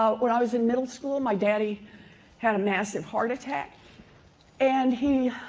ah when i was in middle school, my daddy had a massive heart attack and he